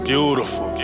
Beautiful